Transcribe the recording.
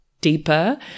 deeper